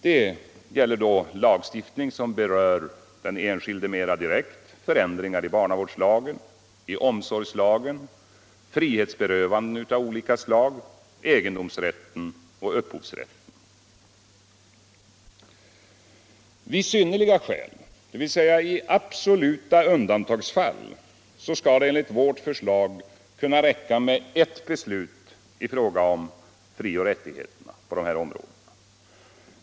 Det gäller härvid lagstiftning som berör den enskilde mera direkt, såsom förändringar i barnavårdslagen, i omsorgslagen, i bestämmelser om frihetsberövanden av olika slag, i egendomsrätten och i upphovsrätten. Vid synnerliga skäl, dvs. i absoluta undantagsfall, skall det enligt vårt förslag kunna räcka med err beslut i fråga om frioch rättigheter på de här områdena.